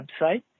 website